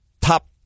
top